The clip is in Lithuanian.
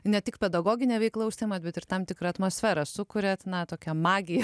ne tik pedagogine veikla užsiimate bet ir tam tikra atmosfera sukuria na tokia magija